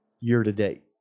year-to-date